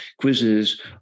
quizzes